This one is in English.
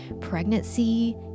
pregnancy